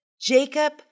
Jacob